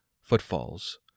Footfalls